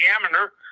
diameter